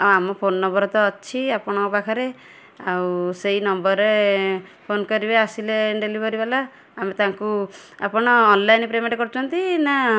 ଆମ phone number ତ ଅଛି ଆପଣଙ୍କ ପାଖରେ ଆଉ ସେଇ ନମ୍ବର୍ରେ ଫୋନ୍ କରିବେ ଆସିଲେ ଡେଲିଭେରି ବାଲା ଆମେ ତାଙ୍କୁ ଆପଣ ଅନଲାଇନ୍ ପେମେଣ୍ଟ୍ କରୁଛନ୍ତି ନା